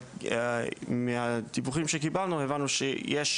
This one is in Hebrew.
מהדיווחים שקיבלנו הבנו שיש